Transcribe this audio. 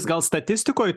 gal statistikoj